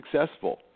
successful